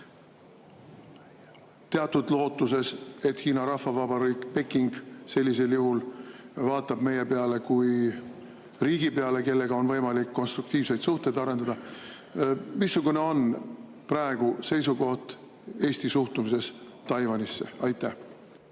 teatud lootuses, et Hiina Rahvavabariik, Peking sellisel juhul vaatab meie peale kui riigi peale, kellega on võimalik konstruktiivseid suhteid arendada? Missugune on praegu seisukoht Eesti suhtumises Taiwanisse? Aitäh!